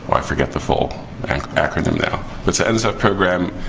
i forget the full acronym now. but it's an nsf program,